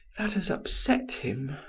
that has upset him,